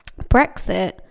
Brexit